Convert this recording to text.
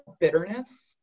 bitterness